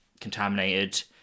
contaminated